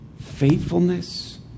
faithfulness